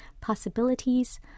possibilities